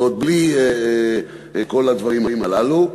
ועוד בלי כל הדברים הללו.